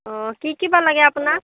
অঁ কি কি বা লাগে আপোনাক